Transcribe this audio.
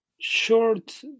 Short